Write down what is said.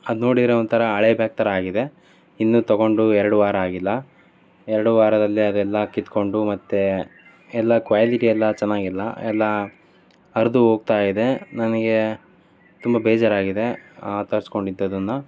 ಅದು ನೋಡಿದರೆ ಒಂಥರ ಹಳೆ ಬ್ಯಾಗ್ ಥರ ಆಗಿದೆ ಇನ್ನು ತೊಗೊಂಡು ಎರಡು ವಾರ ಆಗಿಲ್ಲ ಎರಡು ವಾರದಲ್ಲೇ ಅದೆಲ್ಲ ಕಿತ್ತುಕೊಂಡು ಮತ್ತೆ ಎಲ್ಲ ಕ್ವಾಲಿಟಿ ಎಲ್ಲ ಚೆನ್ನಾಗಿಲ್ಲ ಎಲ್ಲ ಹರಿದು ಹೋಗ್ತಾ ಇದೆ ನನಗೆ ತುಂಬ ಬೇಜಾರಾಗಿದೆ ತರ್ಸ್ಕೊಂಡಿದ್ದು ಅದನ್ನು